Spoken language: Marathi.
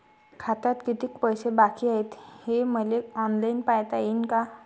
खात्यात कितीक पैसे बाकी हाय हे मले ऑनलाईन पायता येईन का?